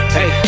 Hey